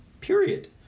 Period